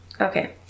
Okay